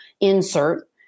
insert